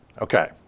Okay